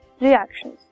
reactions